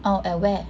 orh at where